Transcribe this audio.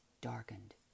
darkened